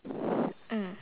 mm